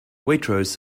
waitrose